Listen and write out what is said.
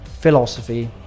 philosophy